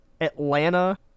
Atlanta